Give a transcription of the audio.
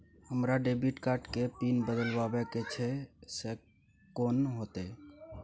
हमरा debit card के pin बदलवा के छै से कोन होतै?